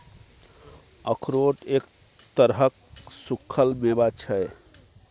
अखरोट एक तरहक सूक्खल मेवा छै